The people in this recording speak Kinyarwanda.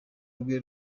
rwe